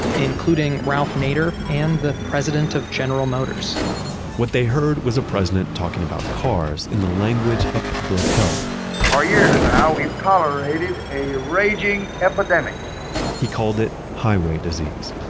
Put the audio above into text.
including ralph nader and the president of general motors what they heard was a president talking about cars in the language of ah public health four years now, we've tolerated a raging epidemic he called it highway disease,